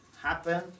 happen